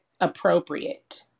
appropriate